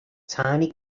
tiny